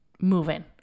moving